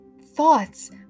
thoughts